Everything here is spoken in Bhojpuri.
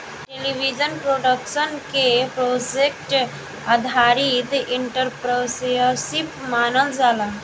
टेलीविजन प्रोडक्शन के प्रोजेक्ट आधारित एंटरप्रेन्योरशिप मानल जाला